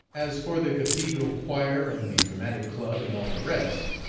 as for the cathedral choir and the dramatic club and all the rest,